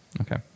Okay